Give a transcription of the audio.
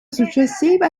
successiva